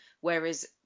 Whereas